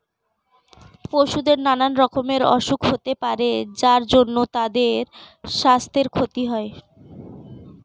পশুদের নানা রকমের অসুখ হতে পারে যার জন্যে তাদের সাস্থের ক্ষতি হয়